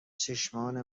چشمای